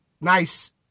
nice